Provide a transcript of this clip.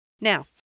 Now